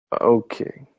Okay